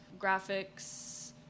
graphics